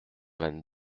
vingt